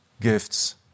gifts